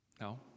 No